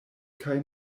kaj